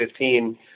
2015